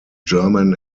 german